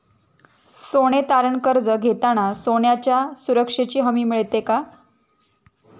सोने तारण कर्ज घेताना सोन्याच्या सुरक्षेची हमी मिळते का?